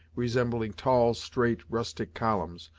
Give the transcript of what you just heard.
resembling tall, straight, rustic columns,